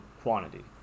quantity